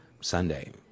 Sunday